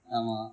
ஆமா:aamaa